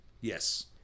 yes